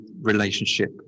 relationship